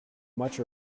much